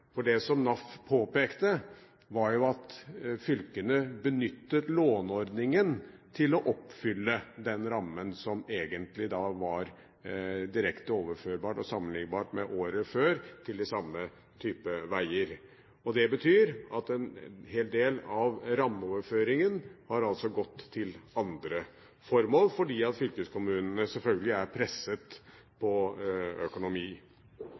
der. Det som NAF påpekte, var at fylkene benyttet låneordningen til å oppfylle den rammen som egentlig var direkte overførbar og sammenlignbar med året før, til de samme typer veger. Det betyr at en hel del av rammeoverføringen har gått til andre formål, fordi fylkeskommunene selvfølgelig er presset på økonomi.